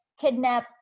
kidnap